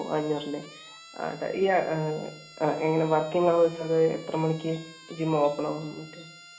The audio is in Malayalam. ഓ അഞ്ഞൂറല്ലേ ആ ഏട്ടാ ഈ എങ്ങനെ വർക്കിംഗ് ഹവർസ് അത് എത്ര മണിക്ക് ജിം ഓപ്പൺ ആവും